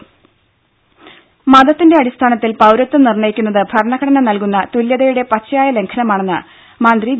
രുദ സുനിൽകുമാർ മതത്തിന്റെ അടിസ്ഥാനത്തിൽ പൌരത്വം നിർണയിക്കുന്നത് ഭരണഘടന നൽകുന്ന തുല്യതയുടെ പച്ചയായ ലംഘനമാണെന്ന് മന്ത്രി വി